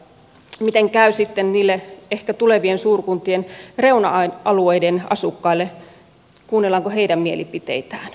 miten käy sitten niille ehkä tulevien suurkuntien reuna alueiden asukkaille kuunnellaanko heidän mielipiteitään